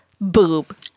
boob